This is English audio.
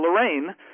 Lorraine